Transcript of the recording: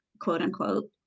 quote-unquote